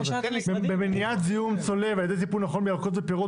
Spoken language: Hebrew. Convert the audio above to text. או במניעת זיהום על ידי טיפול נכון בירקות ופירות